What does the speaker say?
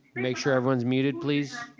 make sure everyone's muted, please.